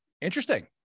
Interesting